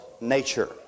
nature